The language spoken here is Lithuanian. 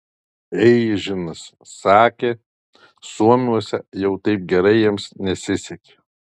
eižinas sakė suomiuose jau taip gerai jiems nesisekė